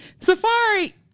safari